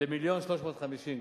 למיליון ו-350,000,